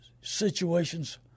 situations